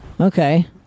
Okay